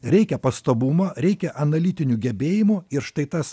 reikia pastabumo reikia analitinių gebėjimų ir štai tas